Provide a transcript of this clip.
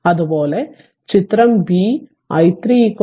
അതുപോലെ ചിത്രം b r i3 6